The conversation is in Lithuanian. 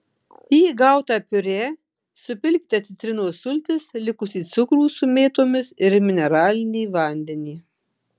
į gautą piurė supilkite citrinos sultis likusį cukrų su mėtomis ir mineralinį vandenį